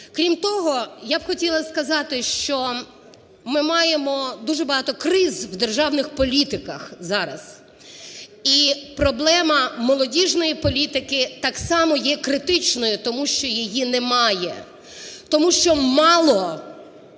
Крім того, я б хотіла сказати, що ми маємо дуже багато криз в державних політиках зараз. І проблема молодіжної політики так само є критичною, тому що її немає. Тому що мало